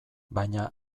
baina